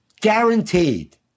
guaranteed